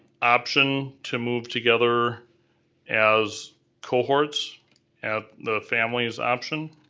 option to move together as cohorts at the family's option.